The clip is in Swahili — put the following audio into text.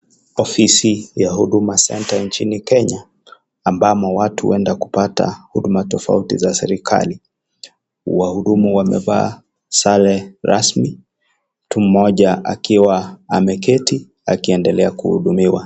Ofisi ya Huduma Centre nchini Kenya, ambamo watu huenda kupata huduma tofauti za serikali. Wahudumu wamevaa sare rasmi, mtu mmoja akiwa ameketi wakiendelea kuhudumiwa.